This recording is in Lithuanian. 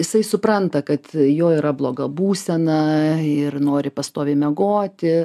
jisai supranta kad jo yra bloga būsena ir nori pastoviai miegoti